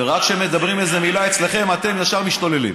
וכשרק מדברים איזו מילה אצלכם אתם ישר משתוללים.